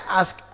ask